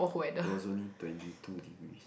was only twenty two degrees